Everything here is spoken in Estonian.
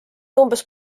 umbes